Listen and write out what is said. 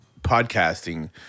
podcasting